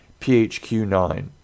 PHQ-9